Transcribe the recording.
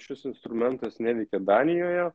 šis instrumentas neveikia danijoje